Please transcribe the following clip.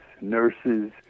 nurses